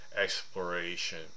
exploration